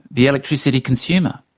the electricity consumer.